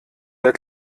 der